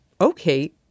Okay